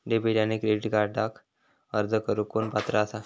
Debit आणि credit कार्डक अर्ज करुक कोण पात्र आसा?